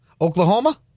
Oklahoma